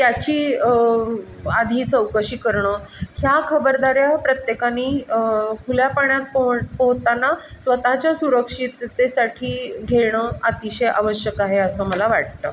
त्याची आधी चौकशी करणं ह्या खबरदाऱ्या प्रत्येकाने खुल्यापाण्यात पोह पोहताना स्वतःच्या सुरक्षिततेसाठी घेणं अतिशय आवश्यक आहे असं मला वाटतं